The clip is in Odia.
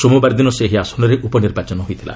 ସୋମବାର ଦିନ ସେହି ଆସନରେ ଉପନିର୍ବାଚନ ହୋଇଥିଲା